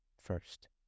First